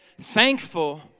thankful